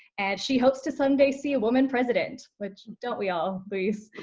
and she hopes to someday see a woman president, which, don't we all, louise?